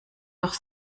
doch